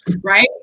right